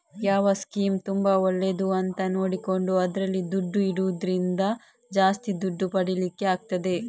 ಯಾವ ಸ್ಕೀಮ್ ತುಂಬಾ ಒಳ್ಳೇದು ಅಂತ ನೋಡಿಕೊಂಡು ಅದ್ರಲ್ಲಿ ದುಡ್ಡು ಇಡುದ್ರಿಂದ ಜಾಸ್ತಿ ದುಡ್ಡು ಪಡೀಲಿಕ್ಕೆ ಆಗ್ತದೆ